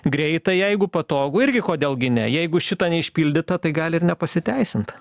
greitai jeigu patogu irgi kodėl gi ne jeigu šita neišpildyta tai gali ir nepasiteisint